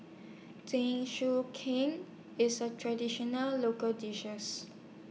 Jingisukan IS A Traditional Local dishes